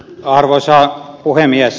arvoisa puhemies